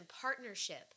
partnership